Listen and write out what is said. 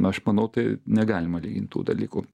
aš manau tai negalima lygint tų dalykų